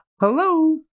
hello